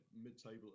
mid-table